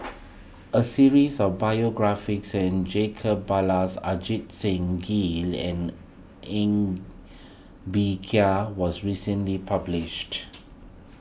a series of biographies Jacob Ballas Ajit Singh Gill and Ng Bee Kia was recently published